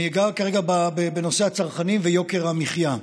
אני אגע עכשיו בנושא הצרכנים וביוקר המחיה.